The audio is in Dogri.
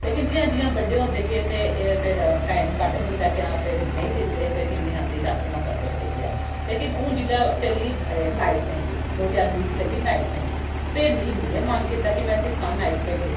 लेकन जि'यां जि'यां बड्डे होंदे गे ते एह् फिर टाइम घट्ट मिलदा गेआ फिर नेईं सिखदे हे फिर जिन्नी औंदी ही आपूं गै करदे हे बेहियै लेकन हून जिल्लै चली गेई नाइफ पेंटिंग दो ज्हार बीहु् च चली नाइफ पेंटिंग फिर मिगी मुड़ियै मन कीता कि में सिक्खां नाइफ पेंटिंग